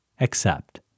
Accept